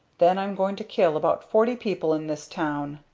then i'm going to kill about forty people in this town!